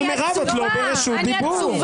אבל הם לא ענו לי,